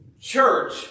church